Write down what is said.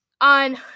on